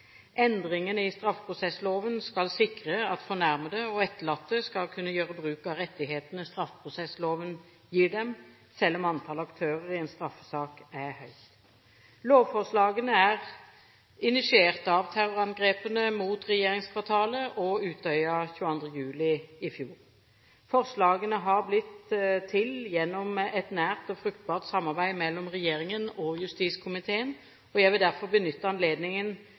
Endringene i straffeprosessloven skal sikre at fornærmede og etterlatte skal kunne gjøre bruk av rettighetene straffeprosessloven gir dem, selv om antallet aktører i en straffesak er høyt. Lovforslagene er initiert av terrorangrepene mot regjeringskvartalet og Utøya 22. juli i fjor. Forslagene har blitt til gjennom et nært og fruktbart samarbeid mellom regjeringen og justiskomiteen. Jeg vil derfor benytte anledningen